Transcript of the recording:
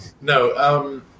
No